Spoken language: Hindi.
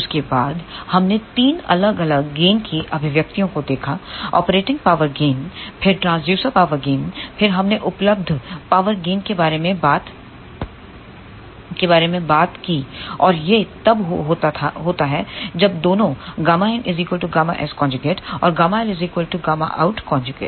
उसके बाद हमने तीन अलग अलग गेन की अभिव्यक्तियों को देखा ऑपरेटिंग पावर गेन फिर ट्रांसड्यूसर पावर गेन फिर हमने उपलब्ध पावर गेन के बारे में बात की और यह तब होता है जब दोनों Γin Γs और ΓL Γout